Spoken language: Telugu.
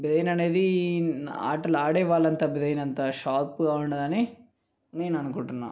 బ్రెయిన్ అనేది ఆటలు ఆడేవాళ్ళ అంత బ్రెయిన్ అంత షార్ప్గా ఉండదని నేను అనుకుంటున్నాను